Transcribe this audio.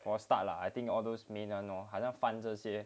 for a start lah I think all those main [one] lor 好像饭这些